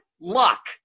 luck